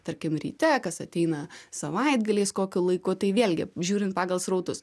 tarkim ryte kas ateina savaitgaliais kokiu laiku tai vėlgi žiūrint pagal srautus